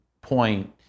point